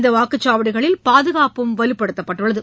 இந்த வாக்குச்சாவடிகளில் பாதுகாப்பும் வலுப்படுத்தப்பட்டுள்ளது